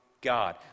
God